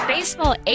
Baseball